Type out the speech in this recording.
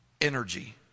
energy